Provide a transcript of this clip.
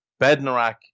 Bednarak